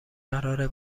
قراره